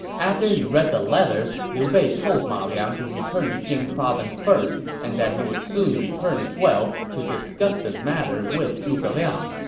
after he read the letter, liu bei told ma liang to return to jing province first and that he would soon return as well to discuss this matter with zhuge liang.